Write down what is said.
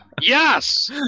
Yes